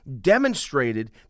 demonstrated